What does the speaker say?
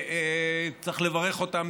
צריך לברך אותם,